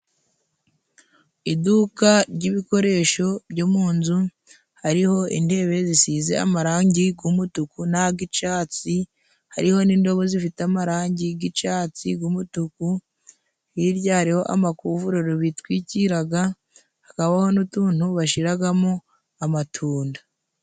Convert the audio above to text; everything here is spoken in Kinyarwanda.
Iduka ry'ibikoresho byo mu nzu hariho indebe zisize amarangi g'umutuku na gicatsi, hariho n'indobo zifite amarangi g'icatsi g'umutuku, hirya hariho amakuvurori bitwikiraga, hirya kabaho n'utuntu bashiragamo amatunda.